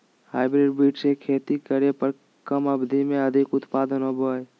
hybrid बीज से खेती करे पर कम अवधि में अधिक उत्पादन होबो हइ